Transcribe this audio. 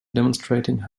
demonstrating